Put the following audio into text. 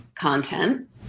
content